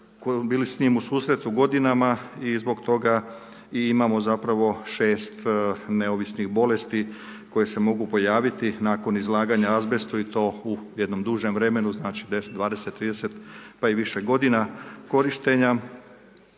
bili s njim u susretu godinama i zbog toga i imamo zapravo 6 neovisnih bolesti koje se mogu pojaviti nakon izlaganja azbestu i to u jednom dužem vremenu, znači 10, 20, 30 pa i više godina korištenja